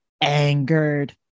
Angered